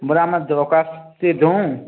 ବଏଲେ ଆମେ ଦରଖାସ୍ତ୍ଟେ ଦଉଁ